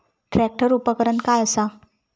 Tractor उपकरण काय असा?